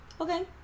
Okay